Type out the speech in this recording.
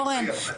אורן,